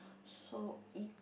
so y~